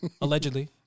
allegedly